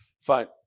Fine